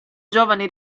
giovani